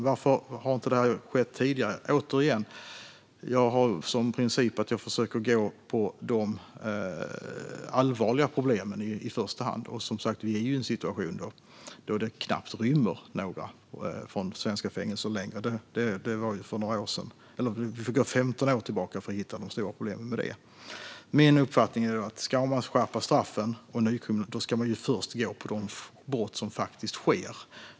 Varför har inte det här skett tidigare? Återigen, jag har som princip att försöka gå på de allvarliga problemen i första hand. Och vi är som sagt i en situation där det knappt är några som rymmer från svenska fängelser längre. Det var några år sedan. Vi får gå 15 år tillbaka för att hitta stora problem med det. Min uppfattning är att om man ska skärpa straffen och nykriminalisera ska man först gå på de brott som faktiskt sker.